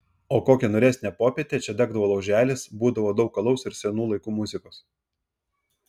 o kokią niūresnę popietę čia degdavo lauželis būdavo daug alaus ir senų laikų muzikos